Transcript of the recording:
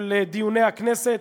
של דיוני הכנסת.